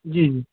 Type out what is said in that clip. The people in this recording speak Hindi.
जी जी